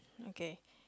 okay